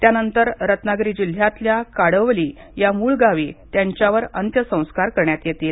त्यानंतर रत्नागिरी जिल्ह्यातल्या काडवली या मुळगावी त्यांच्यावर अंत्यसंस्कार करण्यात येतील